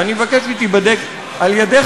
ואני מבקש שהיא תיבדק על-ידך,